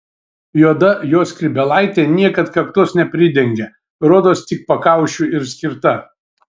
juoda jo skrybėlaitė niekad kaktos nepridengia rodos tik pakaušiui ir skirta